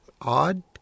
odd